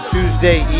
Tuesday